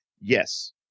Yes